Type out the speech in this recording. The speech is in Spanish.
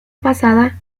pasada